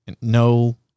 No